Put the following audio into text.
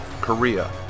Korea